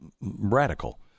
radical